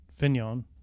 Fignon